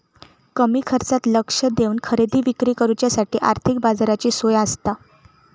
कमी खर्चात लक्ष देवन खरेदी विक्री करुच्यासाठी आर्थिक बाजाराची सोय आसता